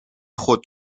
خود